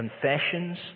confessions